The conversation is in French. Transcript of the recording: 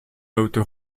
hauteur